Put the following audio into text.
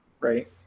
right